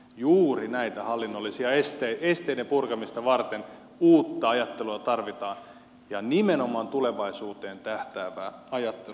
juuri näiden hallinnollisten esteiden purkamista varten uutta ajattelua tarvitaan ja nimenomaan tulevaisuuteen tähtäävää ajattelua